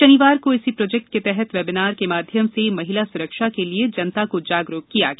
शनिवार को इसी प्रोजेक्ट के तहत वेबिनार के माध्यम से महिला सुरक्षा के लिए जनता को जागरूक किया गया